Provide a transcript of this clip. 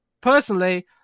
personally